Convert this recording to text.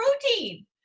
protein